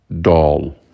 doll